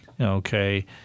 Okay